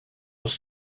was